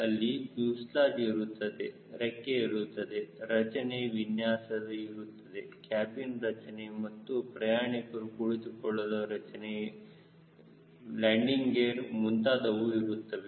ಅಲ್ಲಿ ಫ್ಯೂಸೆಲಾಜ್ ಇರುತ್ತದೆ ರೆಕ್ಕೆ ಇರುತ್ತದೆ ರಚನೆ ವಿನ್ಯಾಸ ಇರುತ್ತದೆ ಕ್ಯಾಬಿನ್ ರಚನೆ ಮತ್ತು ಪ್ರಯಾಣಿಕರು ಕುಳಿತುಕೊಳ್ಳಲು ರಚನೆ ಲ್ಯಾಂಡಿಂಗ್ ಗೇರ್ ಮುಂತಾದವು ಇರುತ್ತವೆ